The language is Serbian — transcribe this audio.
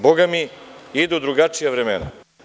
Bogami, idu drugačija vremena.